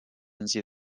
竞技